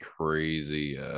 crazy